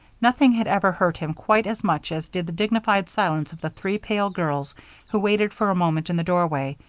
nothing had ever hurt him quite as much as did the dignified silence of the three pale girls who waited for a moment in the doorway,